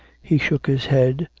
he shook his head,